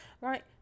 right